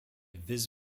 viz